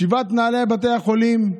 שבעת בתי החולים,